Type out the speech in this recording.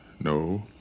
No